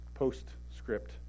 Postscript